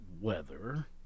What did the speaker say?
weather